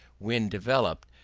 when developed,